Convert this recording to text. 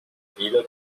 ville